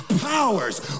powers